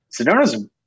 Sedona's